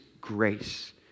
grace